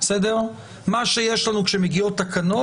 מה שיש לנו כשמגיעות תקנות,